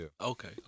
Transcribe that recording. Okay